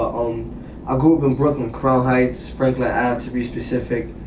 um i grew up in brooklyn crown heights, frankly, and to be specific.